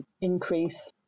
increase